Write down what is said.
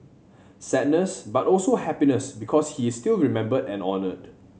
sadness but also happiness because he is still remembered and honoured